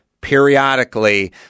periodically